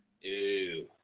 Ew